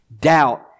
doubt